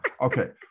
okay